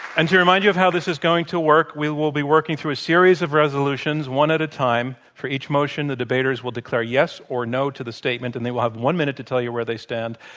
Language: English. and to remind you of how this is going to work, we will be working through a series of resolutions one at a time. for each motion, the debaters will declare yes or no to the statement and they will have one minute to tell you where they stand.